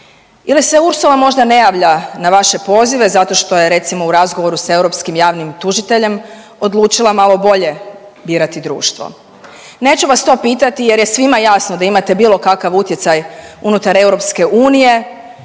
ili se Ursula možda ne javlja na vaše pozive zato što je recimo u razgovoru s europskim javnim tužiteljem odlučila malo bolje birati društvo. Neću vas to pitati jer je svima jasno da imate bilo kakav utjecaj unutar EU nešto